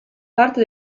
parte